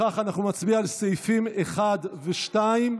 על סעיפים 1 ו-2,